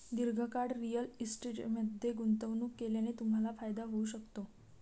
दीर्घकाळ रिअल इस्टेटमध्ये गुंतवणूक केल्याने तुम्हाला फायदा होऊ शकतो